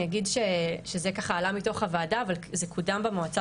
אני אגיד שזה עלה מתוך הוועדה אבל זה קודם במועצה